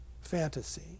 fantasy